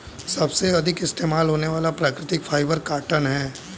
सबसे अधिक इस्तेमाल होने वाला प्राकृतिक फ़ाइबर कॉटन है